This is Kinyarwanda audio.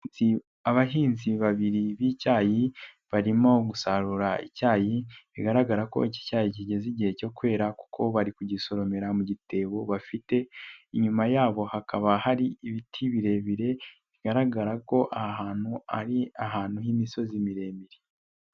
Abahinzi babiri b'icyayi, barimo gusarura icyayi bigaragara ko iki cyayi kigeze igihe cyo kwera kuko bari kugisoromera mu gitebo bafite, inyuma yabo hakaba hari ibiti birebire bigaragara ko aha hantu ari ahantu h'imisozi miremire.